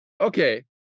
Okay